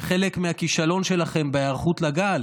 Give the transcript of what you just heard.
וחלק מהכישלון שלכם בהיערכות לגל,